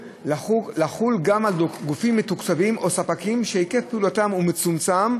לחול גם על גופים מתוקצבים או ספקים שהיקף פעילותם הוא מצומצם,